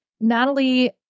Natalie